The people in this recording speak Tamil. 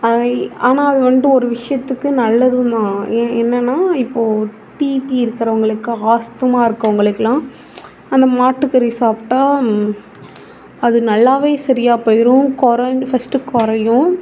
ஐ ஆனால் அது வந்துட்டு ஒரு விஷயத்துக்கு நல்லதும் தான் எ என்னென்னா இப்போது டீடி இருக்கிறவங்களுக்கு ஆஸ்துமா இருக்கவங்களுக்கெல்லாம் அந்த மாட்டுக்கறி சாப்பிட்டா அது நல்லா சரியா போய்டும் கொற ஃபஸ்ட்டு குறையும்